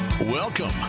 Welcome